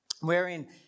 wherein